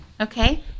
Okay